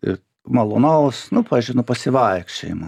ir malonaus nu pavyzdžiui nuo pasivaikščiojimo